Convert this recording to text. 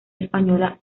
española